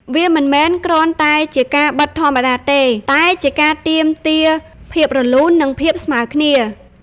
វាមិនមែនគ្រាន់តែជាការបិតធម្មតាទេ តែជាការទាមទារភាពរលូន និងភាពស្មើគ្នា។